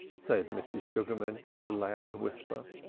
said mrs. sugarman in a loud whisper.